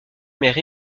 mère